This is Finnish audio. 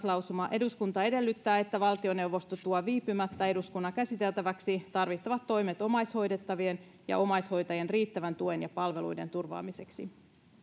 lausuma kolme eduskunta edellyttää että valtioneuvosto tuo viipymättä eduskunnan käsiteltäväksi tarvittavat toimet omaishoidettavien ja omaishoitajien riittävän tuen ja palveluiden turvaamiseksi lausuma